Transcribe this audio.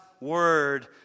Word